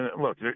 look